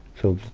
so,